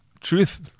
truth